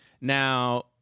Now